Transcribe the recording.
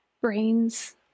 brains